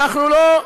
אנחנו לא,